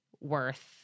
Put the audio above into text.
worth